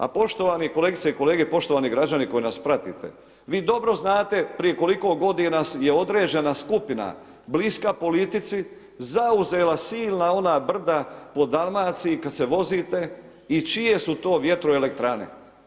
A poštovani kolegice i kolege, poštovani građani koji nas pratite, vi dobro znate prije koliko godina je određena skupina bliska politici zauzela silna ona brda po Dalmaciji kada se vozite i čije su to vjetroelektrane.